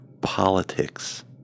politics